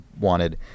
wanted